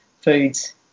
foods